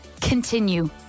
Continue